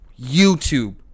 YouTube